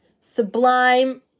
sublime